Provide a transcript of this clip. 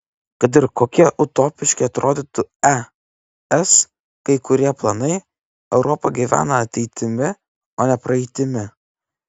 kad ir kokie utopiški atrodytų es kai kurie planai europa gyvena ateitimi o ne praeitimi